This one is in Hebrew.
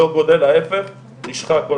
ההיפך, נשחק.